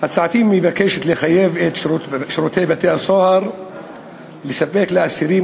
הצעתי מבקשת לחייב את שירותי בתי-הסוהר לספק לאסירים